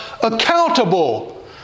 accountable